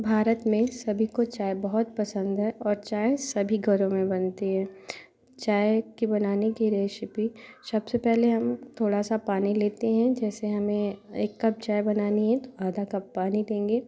भारत में सभी को चाय बहुत पसंद है और चाय सभी घरो में बनती है चाय के बनाने की रेसिपी सबसे पहले हम थोड़ा सा पानी लेते हैं जैसे हमें एक कप चाय बनानी है तो आधा कप पानी देंगे